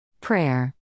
Prayer